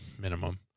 Minimum